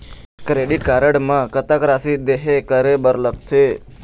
Credit card म कतक राशि देहे करे बर लगथे?